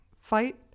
fight